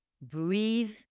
breathe